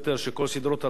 של כל סדרות הריאליטי.